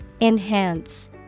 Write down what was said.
Enhance